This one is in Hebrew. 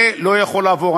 זה לא יכול לעבור.